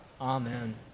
Amen